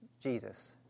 Jesus